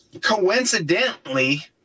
coincidentally